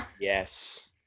Yes